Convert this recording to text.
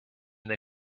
they